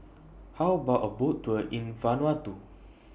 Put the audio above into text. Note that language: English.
How about A Boat Tour in Vanuatu